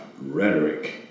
rhetoric